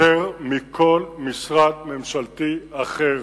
יותר מכל משרד ממשלתי אחר.